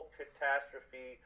catastrophe